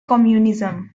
communism